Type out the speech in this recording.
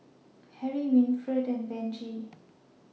Harriet Winnifred and Benji